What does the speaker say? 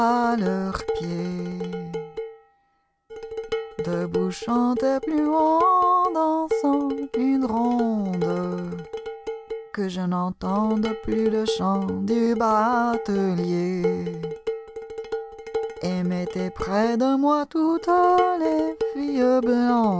que je n'entende plus le chant du batelier et mettez près de